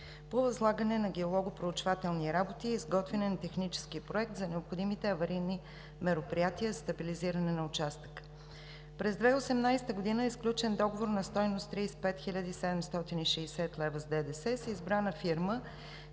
по възлагане на геологопроучвателни работи и изготвяне на технически проект за необходимите аварийни мероприятия за стабилизиране на участъка. През 2018 г. е сключен договор на стойност 35 хил. 760 лв. с ДДС с избрана фирма